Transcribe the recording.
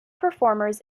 performers